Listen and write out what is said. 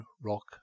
rock